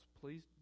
Please